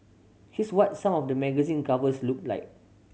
here's what some of the magazine covers looked like